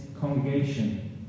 congregation